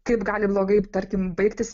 kaip gali blogai tarkim baigtis